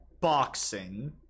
boxing